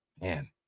man